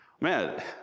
man